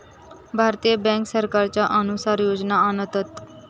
भारतीय बॅन्क सरकारच्या अनुसार योजना आणतत